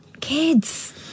kids